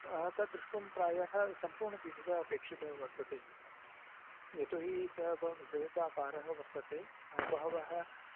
तद् द्रष्टुं प्रायः सम्पूर्णदिवसः अपेक्षितः वर्तते यतोहि स बहु बृहदाकारः वर्तते बहवः